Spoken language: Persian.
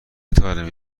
طارمی